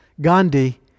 Gandhi